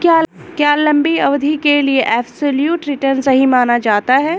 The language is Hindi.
क्या लंबी अवधि के लिए एबसोल्यूट रिटर्न सही माना जाता है?